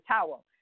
towel